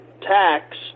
tax